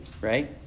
right